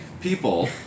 people